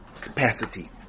capacity